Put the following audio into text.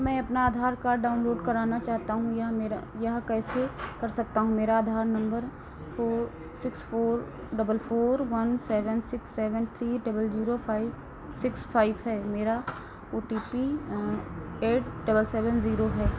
मैं अपना Aadhaar card download कराना चाहता हूँ मैं यह मेरा यह कैसे कर सकता हूँ मेरा आधार number four six four double four one seven six seven three double zero five six five है मेरा O T P eight double seven zero है